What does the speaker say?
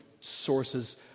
sources